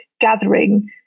gathering